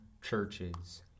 churches